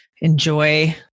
enjoy